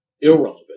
irrelevant